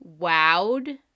wowed